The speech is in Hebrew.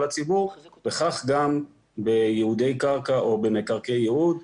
הציבור וכך גם בייעודי קרקע או במקרקעי ייעוד,